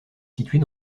située